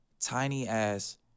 tiny-ass